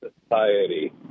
society